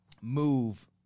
move